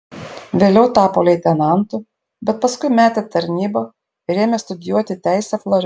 vėliau tapo leitenantu bet paskui metė tarnybą ir ėmė studijuoti teisę floridoje